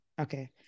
Okay